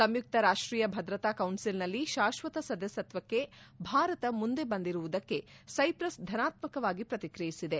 ಸಂಯುಕ್ತ ರಾಷ್ವೀಯ ಭದ್ರತಾ ಕೌನ್ಲಿಲ್ನಲ್ಲಿ ಶಾಶ್ವತ ಸದಸ್ವತ್ವಕ್ಕೆ ಭಾರತ ಮುಂದೆ ಬಂದಿರುವುದಕ್ಕೆ ಸೈಪ್ರಸ್ ಧನಾತ್ಸಕವಾಗಿ ಪ್ರಕ್ರಿಯಿಸಿದೆ